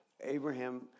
Abraham